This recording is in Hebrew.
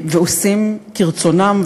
ועושים כרצונם,